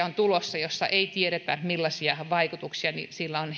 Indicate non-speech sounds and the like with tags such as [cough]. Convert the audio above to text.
[unintelligible] on tulossa uudistuksia joista ei tiedetä millaisia vaikutuksia niillä on [unintelligible]